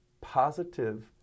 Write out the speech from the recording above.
positive